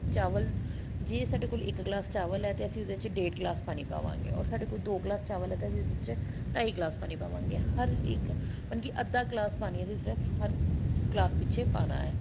ਚਾਵਲ ਜੇ ਸਾਡੇ ਕੋਲ ਇੱਕ ਗਲਾਸ ਚਾਵਲ ਹੈ ਤਾਂ ਅਸੀਂ ਉਹਦੇ 'ਚ ਡੇਢ ਗਲਾਸ ਪਾਣੀ ਪਾਵਾਂਗੇ ਔਰ ਸਾਡੇ ਕੋਲ ਦੋ ਗਲਾਸ ਚਾਵਲ ਹੈ ਤਾਂ ਅਸੀਂ ਉਹਦੇ 'ਚ ਢਾਈ ਗਲਾਸ ਪਾਣੀ ਪਾਵਾਂਗੇ ਹਰ ਇੱਕ ਮਤਲਬ ਕਿ ਅੱਧਾ ਗਲਾਸ ਪਾਣੀ ਅਸੀਂ ਸਿਰਫ਼ ਹਰ ਗਲਾਸ ਪਿੱਛੇ ਪਾਉਣਾ ਹੈ